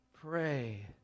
pray